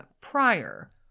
prior